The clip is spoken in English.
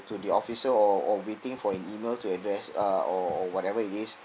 to the officer or or waiting for an email to address uh or whatever it is